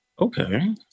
Okay